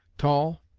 tall,